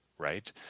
right